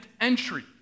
entry